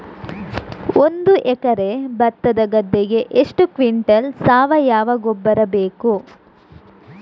ಒಂದು ಎಕರೆ ಭತ್ತದ ಗದ್ದೆಗೆ ಎಷ್ಟು ಕ್ವಿಂಟಲ್ ಸಾವಯವ ಗೊಬ್ಬರ ಬೇಕು?